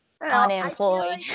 Unemployed